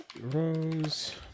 Rose